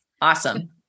Awesome